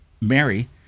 Mary